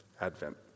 Advent